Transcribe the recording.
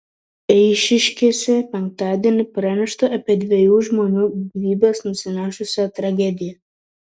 eišiškėse penktadienį pranešta apie dviejų žmonių gyvybes nusinešusią tragediją